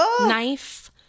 knife